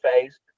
phase